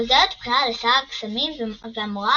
עוזרת בכירה לשר הקסמים והמורה